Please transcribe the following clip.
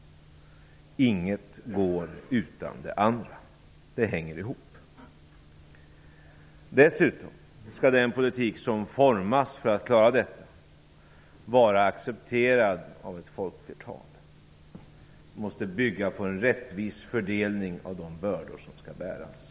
Inget går utan det andra, de hänger ihop. Dessutom skall den politik som formas för att klara detta vara accepterad av ett folkflertal. Den måste bygga på en rättvis fördelning av de bördor som skall bäras.